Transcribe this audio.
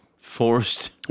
forced